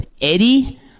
Eddie